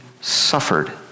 suffered